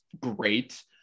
great